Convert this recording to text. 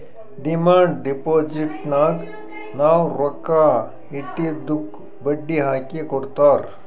demand ಡಿಪೋಸಿಟ್ನಾಗ್ ನಾವ್ ರೊಕ್ಕಾ ಇಟ್ಟಿದ್ದುಕ್ ಬಡ್ಡಿ ಹಾಕಿ ಕೊಡ್ತಾರ್